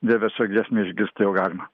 vieversio giesmę išgirsti jau galima